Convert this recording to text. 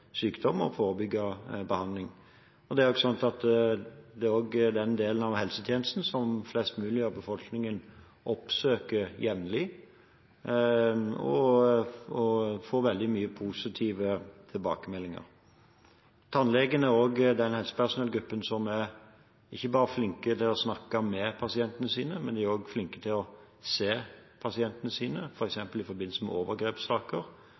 og behovet for behandling. Det er også den delen av helsetjenesten som flest i befolkningen oppsøker jevnlig, og den får veldig mange positive tilbakemeldinger. Tannlegene er også en helsepersonellgruppe som ikke bare er flinke til å snakke med pasientene sine – de er også flinke til å se pasientene sine. For eksempel i forbindelse med overgrepssaker,